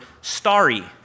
starry